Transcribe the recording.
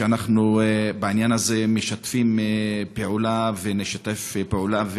בעניין הזה אנחנו משתפים פעולה ונשתף פעולה.